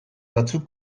batzuk